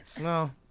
no